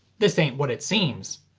this ain't what it seems.